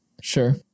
Sure